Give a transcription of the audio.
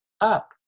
up